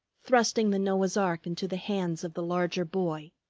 thrusting the noah's ark into the hands of the larger boy.